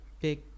big